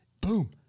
boom